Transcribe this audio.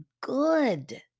good